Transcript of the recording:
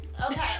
okay